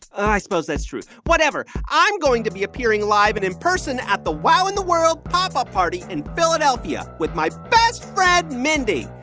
i suppose that's true. whatever. i'm going to be appearing live and in person at the wow in the world pop up party in philadelphia with my best friend mindy.